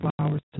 flowers